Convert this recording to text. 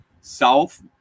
south